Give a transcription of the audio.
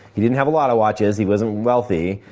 he didn't have a lot of watches. he wasn't wealthy.